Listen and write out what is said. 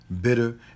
bitter